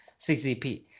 ccp